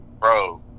bro